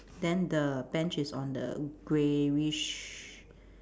then the bench is on the greyish